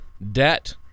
Debt